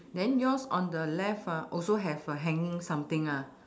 then yours on the left ah also have a hanging something ah